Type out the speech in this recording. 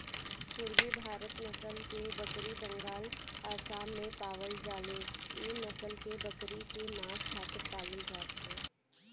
पुरबी भारत नसल के बकरी बंगाल, आसाम में पावल जाले इ नसल के बकरी के मांस खातिर पालल जात हवे